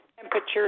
Temperatures